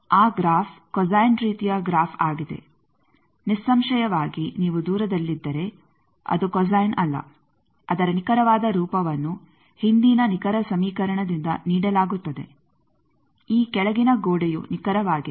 ಆ graph cosine ರೀತಿಯ graph ಆಗಿದೆ ನಿಸ್ಸಂಶಯವಾಗಿ ನೀವು ದೂರದಲ್ಲಿದ್ದರೆ ಅದು ಕೊಸೈನ್ ಅಲ್ಲ ಅದರ ನಿಖರವಾದ ರೂಪವನ್ನು ಹಿಂದಿನ ನಿಖರ ಸಮೀಕರಣದಿಂದ ನೀಡಲಾಗುತ್ತದೆ ಈ ಕೆಳಗಿನ ಗೋಡೆಯು ನಿಖರವಾಗಿದೆ